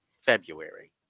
February